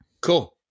cool